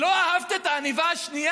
לא אהבת את העניבה השנייה?